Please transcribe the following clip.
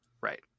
Right